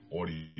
Audio